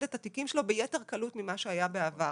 את התיקים שלו ביתר קלות ממה שהיה בעבר.